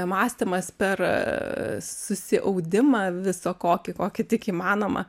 mąstymas per susiaudimą viso kokį kokį tik įmanoma